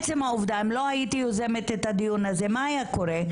אם לא הייתי יוזמת את הדיון הזה, מה היה קורה?